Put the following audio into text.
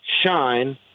shine